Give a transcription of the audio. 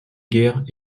guerre